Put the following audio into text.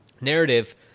narrative